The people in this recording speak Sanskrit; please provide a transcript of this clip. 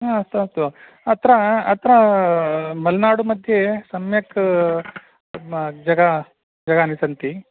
ह अस्तु अस्तु अत्र अत्र मलेनाडुमध्ये सम्यक् जगह् जगानि सन्ति